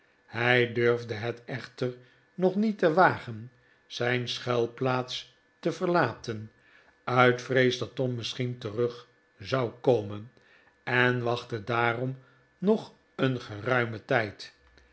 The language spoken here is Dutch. hij durfde het echter nog niet te wagen zijn schuilplaats te verlaten uit vrees dat tom misschien terug zou komen en wachtte daarom nog een geruimen tijd